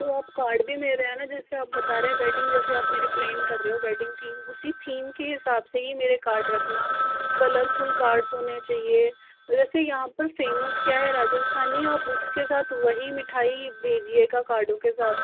तो अब कार्ड भी मेरे है ना जैसे आप बता रहे है वैडिंग जैसी आप मेरी प्लान कर रहे है थीम उसी थीम के हिसाब से ही मेरे कार्ड रखना कलरफूल कार्ड्स होने चाहिए वैसे यहाँ पर फेमस क्या है राजस्थानी आप उसके साथ वही मिठाई भेजिएगा कार्डों के साथ